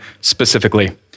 specifically